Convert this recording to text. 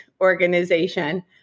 organization